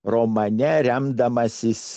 romane remdamasis